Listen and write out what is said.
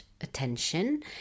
attention